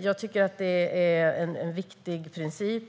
Jag tycker att det är en viktig princip.